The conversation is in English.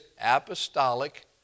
apostolic